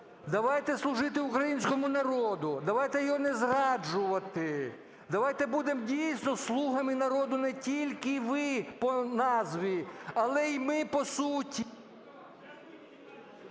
Давайте служити українському народу, давайте його не зраджувати, давайте будемо дійсно "слугами народу", не тільки ви по назві, але і ми по суті.